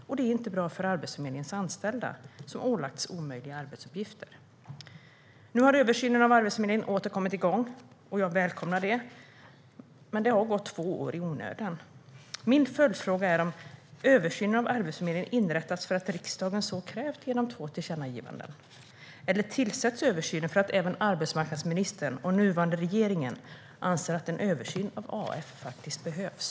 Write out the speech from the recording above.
Och det är inte bra för Arbetsförmedlingens anställda, som ålagts omöjliga arbetsuppgifter. Nu har översynen av Arbetsförmedlingen åter kommit igång. Jag välkomnar det. Men det har gått två år i onödan. Min följdfråga är om översynen av Arbetsförmedlingen inrättats för att riksdagen så krävt genom två tillkännagivanden. Eller tillsätts översynen för att även arbetsmarknadsministern och den nuvarande regeringen anser att en översyn av AF behövs?